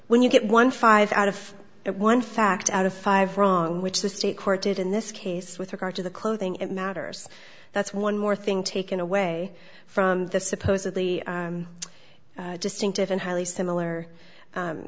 when you get one five out of one fact out of five wrong which the state court did in this case with regard to the clothing it matters that's one more thing taken away from the supposedly distinctive and highly similar